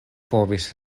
povis